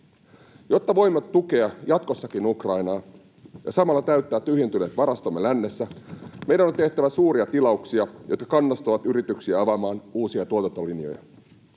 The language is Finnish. Jotta voimme tukea jatkossakin Ukrainaa ja samalla täyttää tyhjentyneet varastomme lännessä, meidän on tehtävä suuria tilauksia, jotka kannustavat yrityksiä avaamaan uusia tuotantolinjoja.